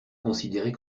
considérer